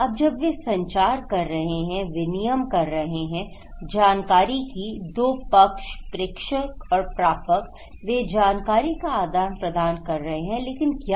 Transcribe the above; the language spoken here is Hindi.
अब जब वे संचार कर रहे हैं विनिमय कर रहे हैं जानकारी की दो पक्ष प्रेषक और प्रापक वे जानकारी का आदान प्रदान कर रहे हैं लेकिन क्या